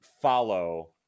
follow